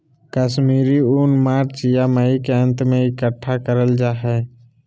कश्मीरी ऊन मार्च या मई के अंत में इकट्ठा करल जा हय